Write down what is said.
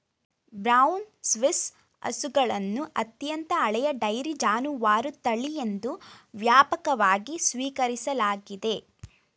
brown Swiss ಹಸುಗಳನ್ನು ಅತ್ಯಂತ ಹಳೆಯ ಡೈರಿ ಜಾನುವಾರು ತಳಿ ಎಂದು ವ್ಯಾಪಕವಾಗಿ ಸ್ವೀಕರಿಸಲಾಗಿದೆ